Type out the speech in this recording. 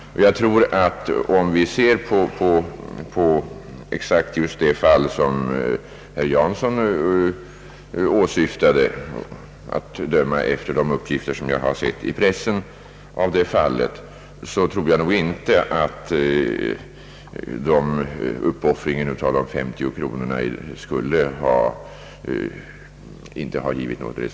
Om vi ser på just det fall som herr Jansson åsyftade tror jag — att döma av uppgifter i pressen — att någon risk inte förelåg att de 50 kronorna offrats förgäves.